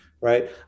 Right